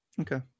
okay